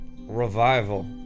Revival